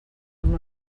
amb